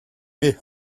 mes